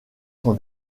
son